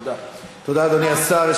תודה, אדוני סגן השר.